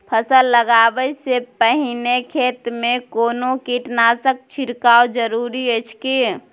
फसल लगबै से पहिने खेत मे कोनो कीटनासक छिरकाव जरूरी अछि की?